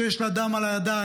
שיש לה דם על הידיים,